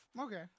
Okay